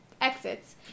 exits